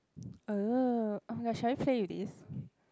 oh okay shall we play with this